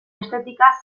estetika